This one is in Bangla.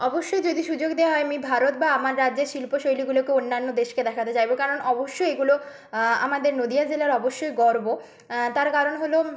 অবশ্যই যদি সুযোগ দেওয়া হয় আমি ভারত বা আমার রাজ্যের শিল্পশৈলীগুলোকে অন্যান্য দেশকে দেখাতে চাইবো কারণ অবশ্যই এগুলো আমাদের নদীয়া জেলার অবশ্যই গর্ব তার কারণ হলো